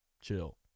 chill